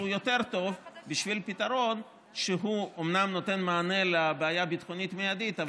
יותר טוב בשביל פתרון שהוא אומנם נותן מענה לבעיה ביטחונית מיידית,